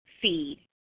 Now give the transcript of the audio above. feed